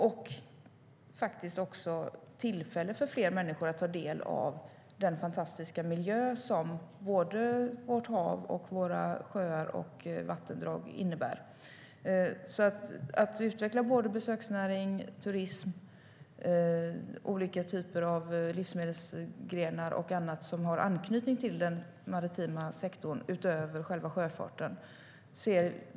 Det finns även förutsättningar för att fler människor ska kunna ta del av den fantastiska miljön vid vårt hav och våra sjöar och vattendrag. Vi ser positivt på att utveckla besöksnäring, turism, olika typer av livsmedelsgrenar och annat som har anknytning till den maritima sektorn utöver själva sjöfarten.